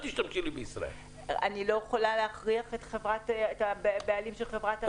אני לא יכולה להכריח את הבעלים של חברת ארקיע לטוס.